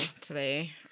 today